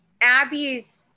Abby's